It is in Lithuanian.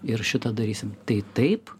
ir šitą darysim tai taip